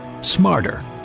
smarter